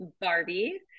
Barbie